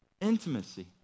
Intimacy